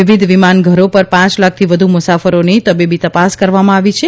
વિવિધ વિમાન ઘરો પર પાંચ લાખથી વધુ મુસાફરોની તબીબી તપાસ કરવામાં આવી છે